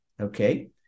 Okay